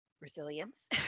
Resilience